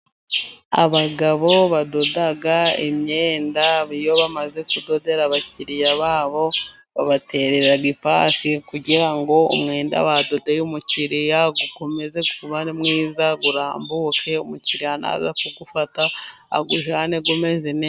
Abagabo badoda imyenda iyo bamaze kudodera abakiriya babo, babaterera ipasi kugira ngo imyenda badodeye umukiriya ikomeze kuba myiza irambuke, umukiriya naza kuyifata ayijyane imeze neza.